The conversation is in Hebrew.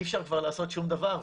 אי אפשר כבר לעשות שום דבר,